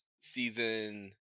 season